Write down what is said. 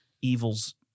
evil's